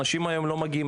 אנשים היום לא מגיעים,